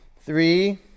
three